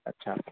اچھا